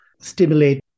stimulate